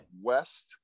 west